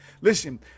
Listen